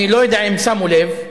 אני לא יודע אם שמו לב,